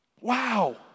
Wow